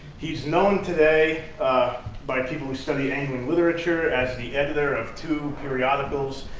he's known today by people who study angling literature as the editor of two periodicals,